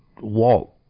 walk